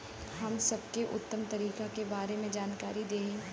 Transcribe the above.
हम सबके उत्तम तरीका के बारे में जानकारी देही?